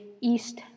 East